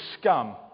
scum